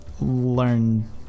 learn